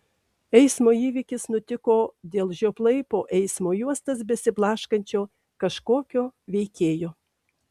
eismo įvykis nutiko dėl žioplai po eismo juostas besiblaškančio kažkokio veikėjo